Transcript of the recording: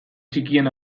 txikien